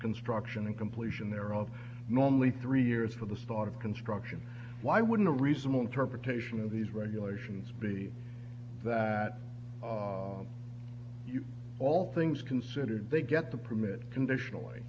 construction and completion there of normally three years for the spot of construction why wouldn't a reasonable interpretation of these regulations be that you all things considered they get the permit conditional